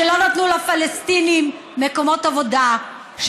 שבה לא נתנו לפלסטינים מקומות עבודה,